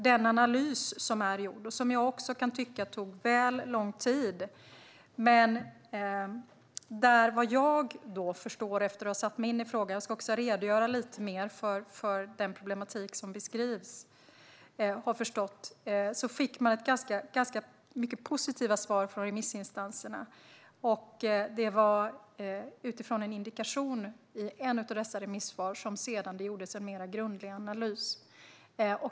Den analys som är gjord kan jag tycka tog väl lång tid, och jag ska redogöra lite mer för den problematik som beskrivs. Efter att ha satt mig in i frågan har jag förstått att man fick ganska många positiva svar från remissinstanserna. Det var utifrån en indikation i ett av remissvaren som det sedan gjordes en mer grundlig analys.